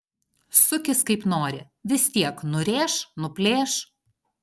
sukis kaip nori vis tiek nurėš nuplėš